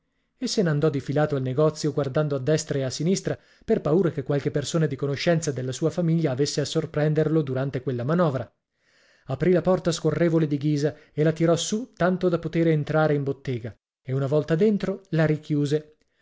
e se n'andò difilato al negozio guardando a destra e a sinistra per paura che qualche persona di conoscenza della sua famiglia avesse a sorprenderlo durante quella manovra aprì la porta scorrevole di ghisa e la tirò su tanto da potere entrare in bottega e una volta dentro la richiuse